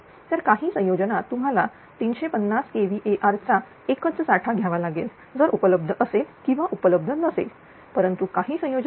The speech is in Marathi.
तर काही संयोजनात तुम्हाला 350 kVAr चा एकच साठा घ्यावा लागेल जर उपलब्ध असेल किंवा उपलब्ध नसेल परंतु काही संयोजनात